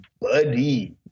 buddy